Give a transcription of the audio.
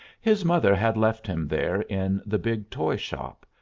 his mother had left him there in the big toy-shop,